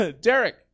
Derek